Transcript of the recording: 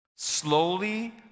Slowly